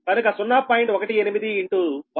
కనుక 0